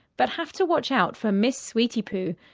but have to watch out for miss sweetie poo,